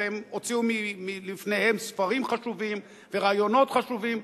והם הוציאו מלפניהם ספרים חשובים ורעיונות חשובים,